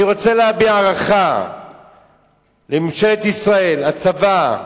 אני רוצה להביע הערכה לממשלת ישראל, לצבא,